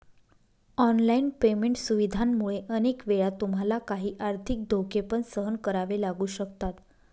online payment सुविधांमुळे अनेक वेळा तुम्हाला काही आर्थिक धोके पण सहन करावे लागू शकतात